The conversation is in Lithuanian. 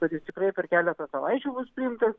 kad jis tikrai per keletą savaičių bus priimtas